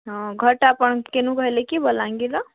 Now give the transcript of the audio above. ହଁ ଘର୍ଟା ଆପଣ୍ କେନୁ କହିଲେ କି ବଲାଙ୍ଗୀର୍ର